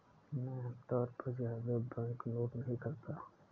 मैं आमतौर पर ज्यादा बैंकनोट नहीं रखता